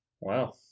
Wow